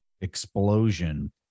explosion